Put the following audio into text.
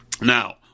now